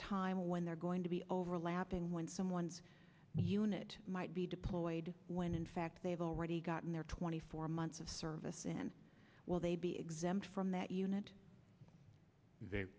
time when they're going to be overlapping when someone's unit might be deployed when in fact they've already gotten their twenty four months of service and will they be exempt from that unit